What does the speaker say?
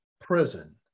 prison